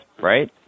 right